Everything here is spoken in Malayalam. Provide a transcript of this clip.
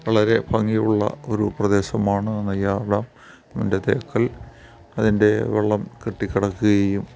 വളരെ ഭംഗിയുള്ള ഒരു പ്രദേശമാണ് നെയ്യാർ ഡാം അതിൻ്റെ തേക്കൽ അതിൻ്റെ വെള്ളം കെട്ടി കിടക്കുകയും